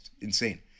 insane